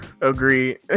Agree